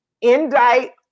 indict